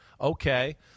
Okay